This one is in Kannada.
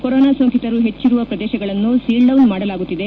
ಕೊರೊನಾ ಸೋಂಕಿತರು ಹೆಚ್ಚಿರುವ ಪ್ರದೇಶಗಳನ್ನು ಸೀಲ್ ಡೌನ್ ಮಾಡಲಾಗುತ್ತಿದೆ